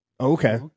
Okay